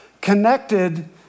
connected